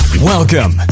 Welcome